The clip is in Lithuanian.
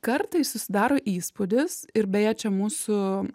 kartais susidaro įspūdis ir beje čia mūsų